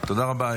תודה רבה.